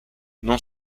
non